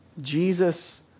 Jesus